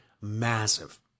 massive